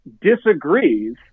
disagrees